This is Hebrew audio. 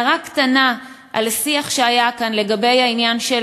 הערה קטנה על שיח שהיה כאן לגבי העניין של,